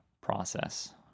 process